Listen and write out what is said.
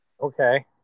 Okay